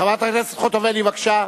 חברת הכנסת חוטובלי, בבקשה,